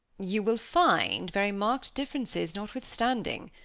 you will find very marked differences, notwithstanding,